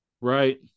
Right